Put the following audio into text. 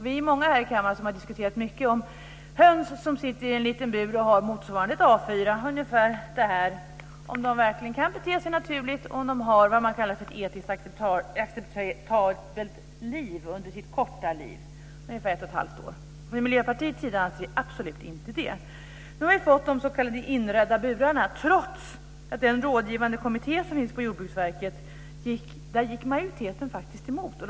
Vi är många här i kammaren som har diskuterat mycket om höns som sitter i en liten bur, motsvarande ett A 4, verkligen kan bete sig naturligt och om de har vad man kallar för ett etiskt acceptabelt liv under sitt korta liv, ungefär ett och ett halvt år. Från Miljöpartiets sida anser vi absolut inte det. Nu har vi fått de s.k. inredda burarna, trots att majoriteten i den rådgivande kommitté som finns på Jordbruksverket faktiskt gick emot det.